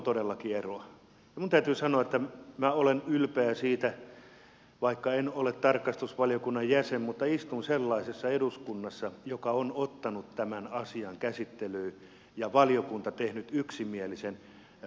ja minun täytyy sanoa että minä olen ylpeä siitä vaikka en ole tarkastusvaliokunnan jäsen että istun sellaisessa eduskunnassa joka on ottanut tämän asian käsittelyyn ja jossa valiokunta on tehnyt yksimielisen päätöksen